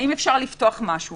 האם אפשר לפתוח משהו